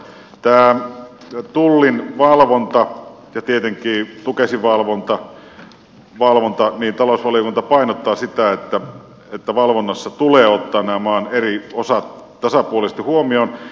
tässä tullin valvonnassa ja tietenkin tukesin valvonnassa talousvaliokunta painottaa sitä että valvonnassa tulee ottaa nämä maan eri osat tasapuolisesti huomioon